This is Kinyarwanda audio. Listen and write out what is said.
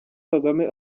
kagame